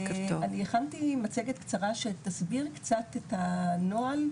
אני הכנתי מצגת קצרה שתסביר קצת את הנוהל,